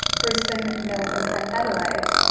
brisbane, melbourne and adelaide.